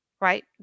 right